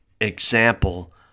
example